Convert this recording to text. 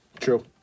True